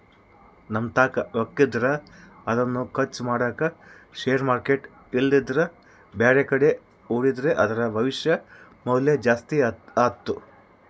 ನಮ್ಮತಾಕ ರೊಕ್ಕಿದ್ರ ಅದನ್ನು ಖರ್ಚು ಮಾಡದೆ ಷೇರು ಮಾರ್ಕೆಟ್ ಇಲ್ಲಂದ್ರ ಬ್ಯಾರೆಕಡೆ ಹೂಡಿದ್ರ ಅದರ ಭವಿಷ್ಯದ ಮೌಲ್ಯ ಜಾಸ್ತಿ ಆತ್ತು